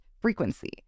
frequency